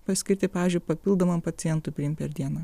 paskirti pavyzdžiui papildomam pacientui priimti per dieną